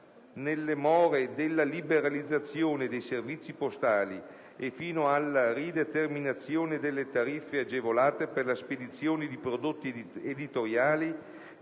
Nelle more della liberalizzazione dei servizi postali, e fino alla rideterminazione delle tariffe agevolate per la spedizione di prodotti editoriali